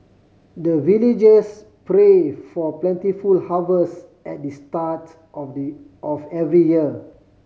the villagers pray for plentiful harvest at the start of the of every year